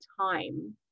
time